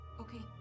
Okay